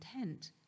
intent